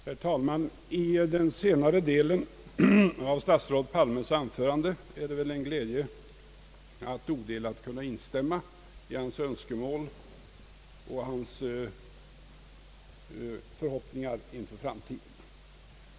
Herr talman! Den senare delen av statsrådet Palmes anförande med hans önskemål och förhoppningar inför framtiden är det en glädje att odelat kunna instämma i.